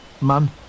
man